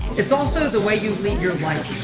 it's also the way you lead your life.